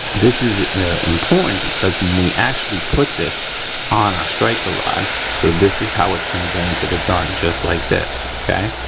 this is important because when we actually put this on our striker rod, so this is how it's gonna go into the gun just like this, okay.